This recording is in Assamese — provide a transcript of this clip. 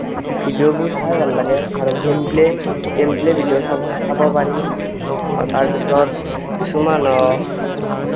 ভিডিঅ'বোৰ চাই ভাল লাগে আৰু গেমপ্লে গেমপ্লে ভিডিঅ' চাব পাৰি আৰু তাৰপিছত কিছুমান